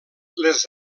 les